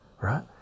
right